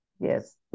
Yes